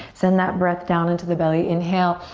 send that breath down into the belly, inhale.